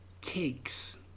cakes